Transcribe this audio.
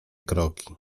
kroki